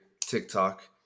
TikTok